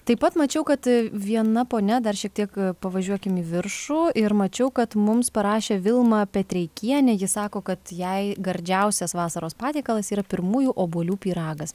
taip pat mačiau kad viena ponia dar šiek tiek pavažiuokim į viršų ir mačiau kad mums parašė vilma petreikienė ji sako kad jai gardžiausias vasaros patiekalas yra pirmųjų obuolių pyragas